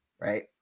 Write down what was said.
Right